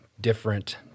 different